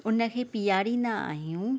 उनखे पीआरींदा आहियूं